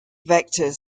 vectors